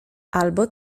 albo